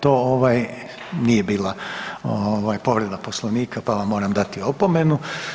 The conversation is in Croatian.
To ovaj nije bila povreda Poslovnika pa vam moram dati opomenu.